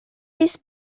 this